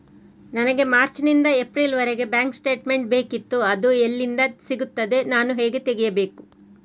ನನಗೆ ಮಾರ್ಚ್ ನಿಂದ ಏಪ್ರಿಲ್ ವರೆಗೆ ಬ್ಯಾಂಕ್ ಸ್ಟೇಟ್ಮೆಂಟ್ ಬೇಕಿತ್ತು ಅದು ಎಲ್ಲಿಂದ ಸಿಗುತ್ತದೆ ನಾನು ಹೇಗೆ ತೆಗೆಯಬೇಕು?